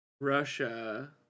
Russia